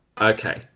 Okay